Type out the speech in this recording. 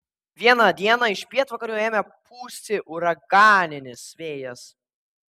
vieną dieną iš pietvakarių ėmė pūsti uraganinis vėjas